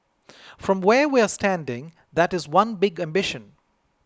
from where we're standing that is one big ambition